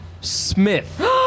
Smith